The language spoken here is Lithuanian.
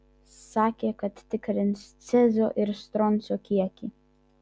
sakė kad tikrins cezio ir stroncio kiekį